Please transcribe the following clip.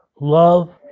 love